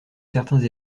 certains